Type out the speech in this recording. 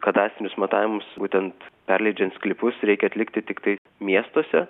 kadastrinius matavimus būtent perleidžiant sklypus reikia atlikti tiktai miestuose